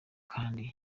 kandi